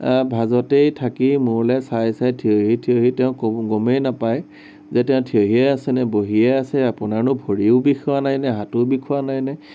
ভাজতেই থাকি মোৰলে চাই চাই থিয় হৈ থিয় হৈ তেওঁ কব গমেই নাপায় যে তেওঁ থিয় হৈয়ে আছেনে বহিয়ে আছে আপোনাৰ নো ভৰিও বিষোৱা নাইনে হাতো বিষোৱা নাই নে